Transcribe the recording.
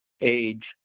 age